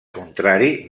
contrari